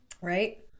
Right